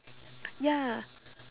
ya